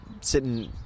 sitting